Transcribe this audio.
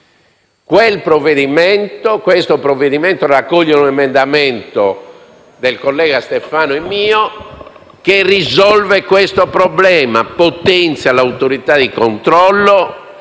Questo provvedimento raccoglie un emendamento del collega Stefano e mio che risolve questo problema: potenzia l'autorità di controllo;